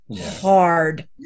hard